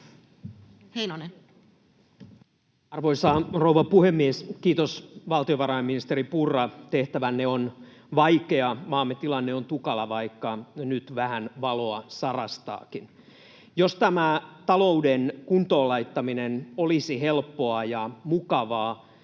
Content: Arvoisa rouva puhemies! Kiitos, valtiovarainministeri Purra. Tehtävänne on vaikea, maamme tilanne on tukala, vaikka nyt vähän valoa sarastaakin. Jos tämä talouden kuntoon laittaminen olisi helppoa ja mukavaa,